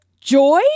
joy